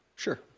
Sure